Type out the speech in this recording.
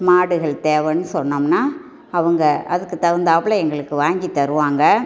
மாடுகள் தேவைன்னு சொன்னோம்னா அவங்க அதுக்கு தகுந்தாற்புல எங்களுக்கு வாங்கி தருவாங்கள்